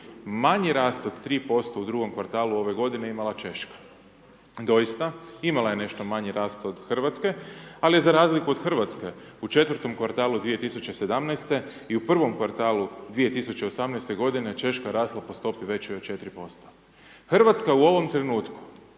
manji rasti od 3% u drugom kvartalu ove godine, imala Češka. Doista, imala je nešto manji rast od Hrvatske, ali je za razliku od Hrvatske, u četvrtom kvartalu 2017. i u prvom kvartalu 2018. godine, Češka rasla po stopi većoj od 4%. Hrvatska u ovom trenutku